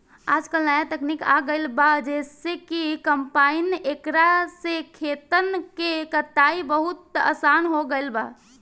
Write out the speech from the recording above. आजकल न्या तकनीक आ गईल बा जेइसे कि कंपाइन एकरा से खेतन के कटाई बहुत आसान हो गईल बा